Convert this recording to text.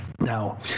Now